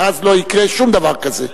ואז לא יקרה שום דבר כזה.